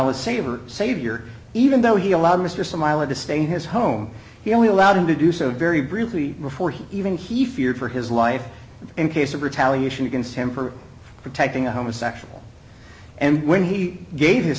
las sabir savior even though he allowed mr smiler to stay in his home he only allowed him to do so very briefly before he even he feared for his life in case of retaliation against him for protecting a homosexual and when he gave his